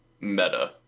meta